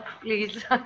please